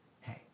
hey